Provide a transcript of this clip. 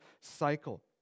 cycle